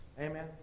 amen